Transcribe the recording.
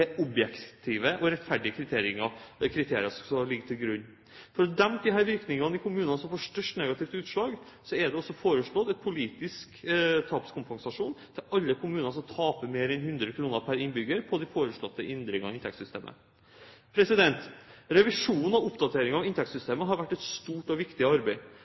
objektive og rettferdige kriterier som ligger til grunn. For å dempe virkningene i de kommunene som får størst negativt utslag, er det foreslått en delvis tapskompensasjon til alle kommuner som taper mer enn 100 kr pr. innbygger på de foreslåtte endringene i inntektssystemet. Revisjonen og oppdateringen av inntektssystemet har vært et stort og viktig arbeid.